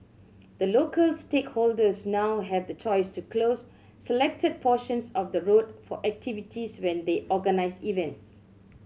the local stakeholders now have the choice to close selected portions of the road for activities when they organise events